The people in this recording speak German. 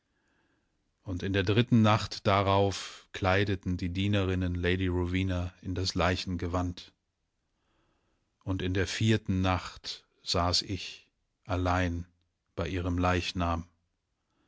und in der dritten nacht darauf kleideten die dienerinnen lady rowena in das leichengewand und in der vierten nacht saß ich allein bei ihrem leichnam